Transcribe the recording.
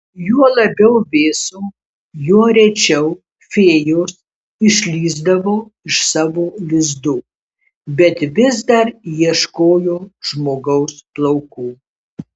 juo labiau vėso juo rečiau fėjos išlįsdavo iš savo lizdų bet vis dar ieškojo žmogaus plaukų